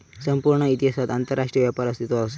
संपूर्ण इतिहासात आंतरराष्ट्रीय व्यापार अस्तित्वात असा